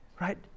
Right